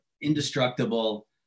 indestructible